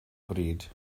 bryd